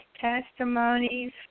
testimonies